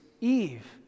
Eve